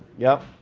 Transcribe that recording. yep.